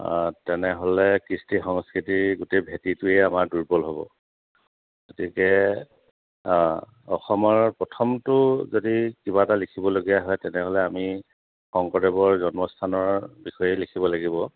তেনেহ'লে কৃষ্টি সংস্কৃতিৰ গোটেই ভেটিটোৱে আমাৰ দুৰ্বল হ'ব গতিকে অসমৰ প্ৰথমটো যদি কিবা এটা লিখিবলগীয়া হয় তেনেহ'লে আমি শংকৰদেৱৰ জন্মস্থানৰ বিষয়ে লিখিব লাগিব